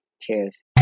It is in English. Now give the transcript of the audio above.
Cheers